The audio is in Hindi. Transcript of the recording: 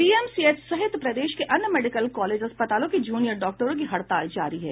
पीएमसीएच सहित प्रदेश के अन्य मेडिकल कॉलेज अस्पतालों के जूनियर डॉक्टरों की हड़ताल जारी है